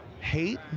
hate